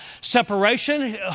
separation